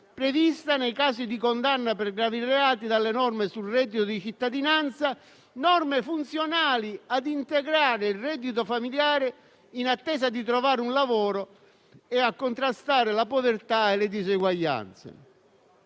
prevista nei casi di condanna per gravi reati dalle norme sul reddito di cittadinanza, che sono funzionali a integrare il reddito familiare in attesa di trovare un lavoro e a contrastare la povertà e le diseguaglianze.